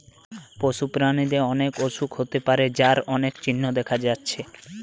পশু প্রাণীদের অনেক অসুখ হতে পারে যার অনেক চিহ্ন দেখা যাচ্ছে